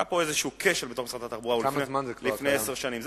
היה פה כשל בתוך משרד התחבורה לפני עשר שנים.